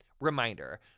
Reminder